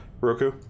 Roku